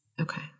Okay